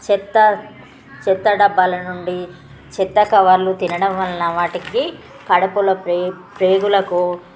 చెత్త చెత్త డబ్బాల నుండి చెత్త కవర్లు తినడం వలన వాటికి కడుపులో ప్రే ప్రేగులకు